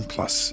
Plus